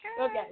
Okay